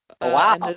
Wow